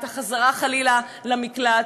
את החזרה חלילה למקלט,